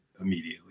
immediately